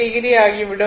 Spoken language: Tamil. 5 ஆகிவிடும்